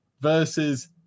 versus